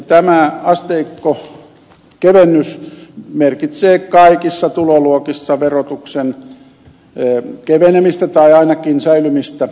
tämä asteikkokevennys merkitsee kaikissa tuloluokissa verotuksen kevenemistä tai ainakin säilymistä nykytasolla